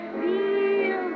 feel